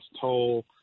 toll